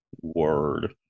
word